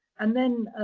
and then